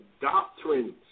doctrines